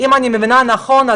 אם אני מבינה נכון,